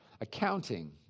accounting